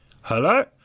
hello